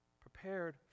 prepared